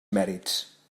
mèrits